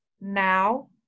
now